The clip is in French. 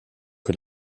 que